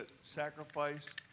sacrifice